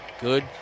Good